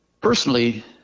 personally